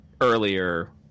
earlier